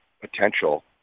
potential